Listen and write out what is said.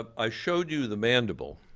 i showed you the mandible.